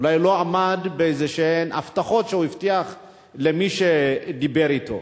אולי לא עמד באיזה הבטחות שהוא הבטיח למי שדיבר אתו,